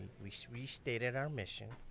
we so we stated our mission,